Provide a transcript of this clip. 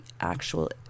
actual